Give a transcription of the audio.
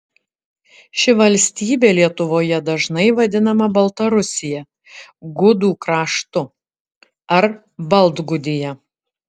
ši valstybė lietuvoje dažnai vadinama baltarusija gudų kraštu ar baltgudija